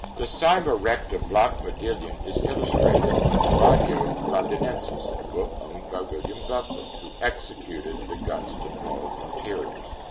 the cyma recta block modillion is illustrated in palladio londinensis, a book owned by william buckland who executed the gunston hall interiors.